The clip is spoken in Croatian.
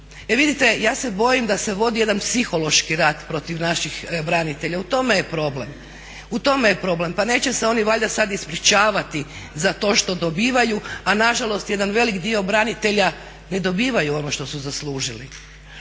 E vidite, ja se bojim da se vodi jedan psihološki rat protiv naših branitelja u tome je problem. Pa neće se oni valjda sad ispričavati za to što dobivaju, a na žalost jedan velik dio branitelja ne dobivaju ono što su zaslužili.